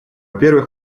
первых